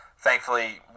thankfully